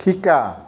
শিকা